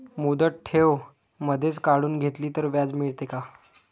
मुदत ठेव मधेच काढून घेतली तर व्याज मिळते का?